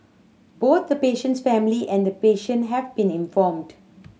both the patient's family and the patient have been informed